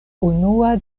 unua